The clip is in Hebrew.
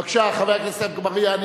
בבקשה, חבר הכנסת עפו אגבאריה.